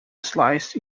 sliced